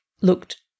looked